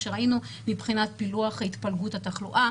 שראינו מבחינת פילוח התפלגות התחלואה,